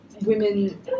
women